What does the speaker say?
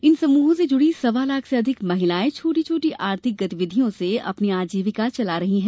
इन समूहों से जुड़ी सवा लाख से अधिक महिलायें छोटी छोटी आर्थिक गतिविधियों से अपनी आजीविका चला रही हैं